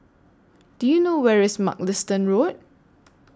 Do YOU know Where IS Mugliston Road